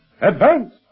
Advance